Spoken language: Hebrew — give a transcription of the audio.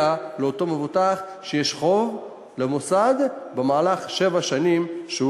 לאותו מבוטח במהלך שבע שנים שיש לו חוב למוסד,